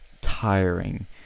tiring